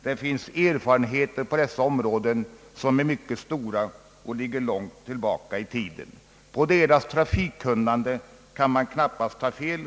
De har erfarenheter på dessa områden, som är mycket omfattande och som går långt tillbaka i tiden. På deras trafikkunnande kan man knappast ta fel.